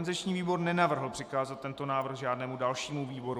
Organizační výbor nenavrhl přikázat tento návrh žádnému dalšímu výboru.